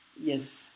yes